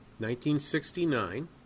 1969